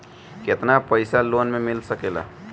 केतना पाइसा लोन में मिल सकेला?